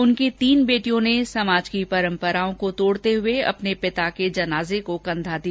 उनकी तीन बेटियों ने समाज की परम्पराओं को तोड़ते हुए अपने पिता के जनाजे को कंधा दिया